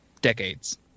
decades